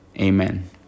Amen